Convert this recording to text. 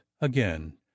again